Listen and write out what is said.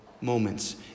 moments